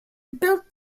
built